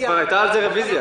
זה רביזיה.